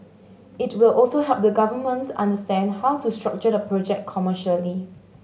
it will also help the governments understand how to structure the project commercially